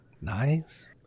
nice